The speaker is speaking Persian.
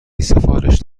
سفارش